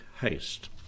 haste